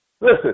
Listen